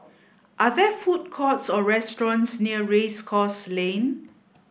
are there food courts or restaurants near Race Course Lane